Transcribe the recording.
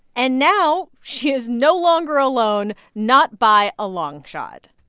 and now she is no longer alone, not by a long shot.